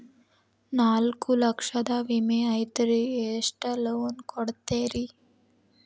ನಾಲ್ಕು ಲಕ್ಷದ ವಿಮೆ ಐತ್ರಿ ಎಷ್ಟ ಸಾಲ ಕೊಡ್ತೇರಿ?